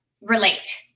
relate